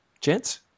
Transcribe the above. Gents